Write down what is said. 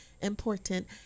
important